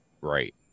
Right